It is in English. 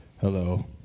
hello